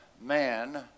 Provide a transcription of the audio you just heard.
man